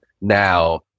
now